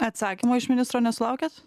atsakymo iš ministro nesulaukėt